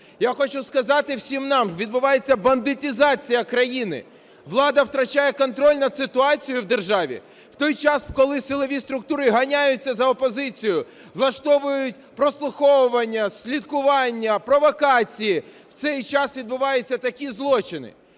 Я хочу сказати всім нам, відбувається бандитизація країни. Влада втрачає контроль над ситуацією в державі в той час, коли силові структури ганяються за опозицією, влаштовують прослуховування, слідкування, провокації, в цей час відбуваються такі злочини.